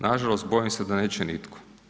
Nažalost bojim se da neće nitko.